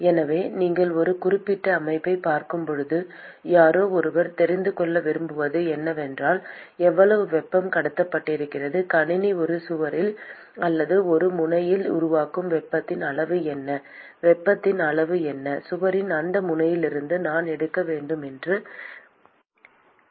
எனவே நீங்கள் ஒரு குறிப்பிட்ட அமைப்பைப் பார்க்கும்போது யாரோ ஒருவர் தெரிந்து கொள்ள விரும்புவது என்னவென்றால் எவ்வளவு வெப்பம் கடத்தப்படுகிறது கணினி ஒரு சுவரில் அல்லது ஒரு முனையில் உருவாக்கும் வெப்பத்தின் அளவு என்ன சுவரின் அந்த முனையிலிருந்து நான் எடுக்க வேண்டும் என்ற வெப்பத்தின் அளவு என்ன